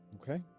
Okay